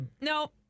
No